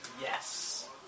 Yes